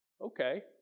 Okay